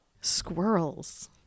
Squirrels